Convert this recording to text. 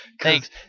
Thanks